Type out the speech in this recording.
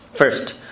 First